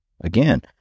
Again